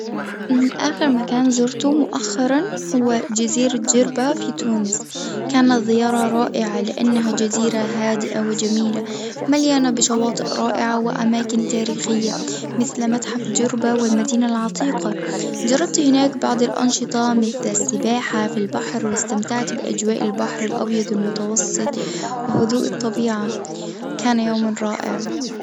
آخر مكان زرته مؤخرًا هو جزيرة جربة في تونس، كانت زيارة رائعة لإنها جزيرة هادئة وجميلة، مليانة بشواطئ رائعة واماكن تاريخية مثل متحف جربة والمدينة العتيقة، جربت هناك بعض الأنشطة مثل السباحة في البحر واستمتعت بأجواء البحر الأبيض المتوسط وهدوء الطبيعة كان يومًا رائعًا.